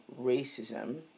racism